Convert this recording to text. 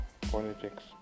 politics